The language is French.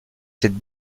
cette